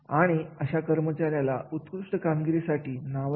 आणि एखादे कार्य किती महत्त्वाचा आहे हे त्याच्या रचनेवरून ठरते